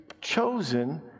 chosen